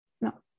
No